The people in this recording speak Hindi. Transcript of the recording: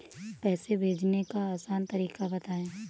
पैसे भेजने का आसान तरीका बताए?